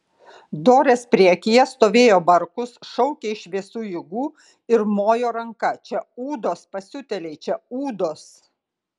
dorės priekyje stovėjo barkus šaukė iš visų jėgų ir mojo ranka čia ūdos pasiutėliai čia ūdos